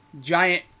giant